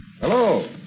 Hello